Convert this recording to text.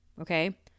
okay